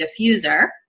diffuser